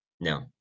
No